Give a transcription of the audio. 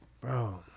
bro